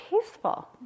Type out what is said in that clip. peaceful